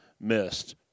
missed